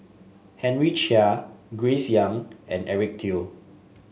Henry Chia Grace Young and Eric Teo